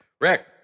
Rick